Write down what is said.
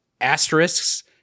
asterisks